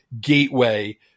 gateway